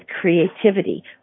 creativity